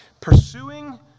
Pursuing